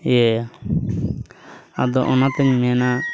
ᱤᱭᱟᱹᱭᱟ ᱟᱫᱚ ᱚᱱᱟᱛᱮᱧ ᱢᱮᱱᱟ